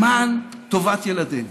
למען טובת ילדינו,